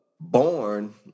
born